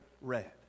read